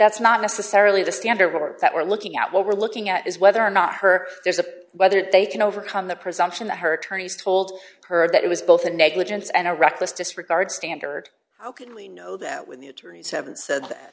that's not necessarily the standard that we're looking at what we're looking at is whether or not her there's a whether they can overcome the presumption that her attorneys told her that it was both a negligence and a reckless disregard standard how can we know that when the attorneys haven't said that